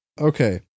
Okay